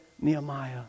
Nehemiah